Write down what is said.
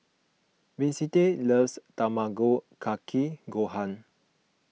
Vicente loves Tamago Kake Gohan